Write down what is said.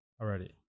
already